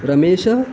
रमेशः